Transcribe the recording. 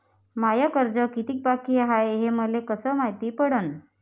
माय कर्ज कितीक बाकी हाय, हे मले कस मायती पडन?